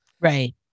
Right